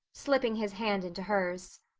slipping his hand into hers.